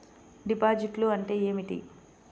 డిపాజిట్లు అంటే ఏమిటి?